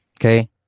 okay